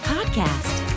Podcast